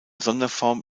sonderform